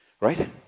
right